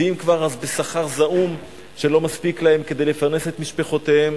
ואם כבר אז בשכר זעום שלא מספיק להם כדי לפרנס את משפחותיהם.